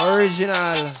Original